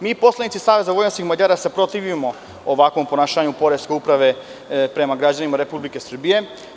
Mi poslanici SVM se protivimo ovakvom ponašanju poreske uprave prema građanima Republike Srbije.